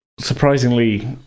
surprisingly